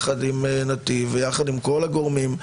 נתיב וכל הגורמים,